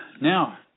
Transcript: now